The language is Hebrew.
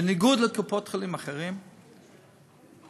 בניגוד לקופות-חולים אחרות,